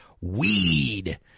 weed